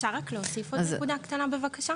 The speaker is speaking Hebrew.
אפשר רק להוסיף עוד נקודה קטנה בבקשה?